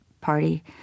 party